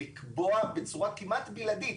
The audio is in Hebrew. לקבוע בצורה כמעט בלעדית,